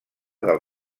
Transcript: del